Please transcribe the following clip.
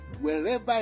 Wherever